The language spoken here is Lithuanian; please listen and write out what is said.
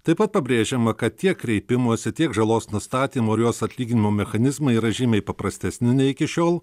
taip pat pabrėžiama kad tiek kreipimosi tiek žalos nustatymo ir jos atlyginimo mechanizmai yra žymiai paprastesni nei iki šiol